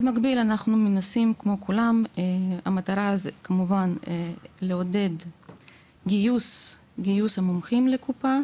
במקביל המטרה שלנו היא לגייס מומחים לקופה